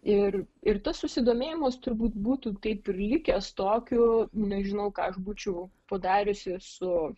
ir ir tas susidomėjimas turbūt būtų taip ir likęs tokiu nežinau ką aš būčiau padariusi su